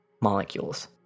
Molecules